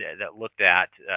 yeah that looked at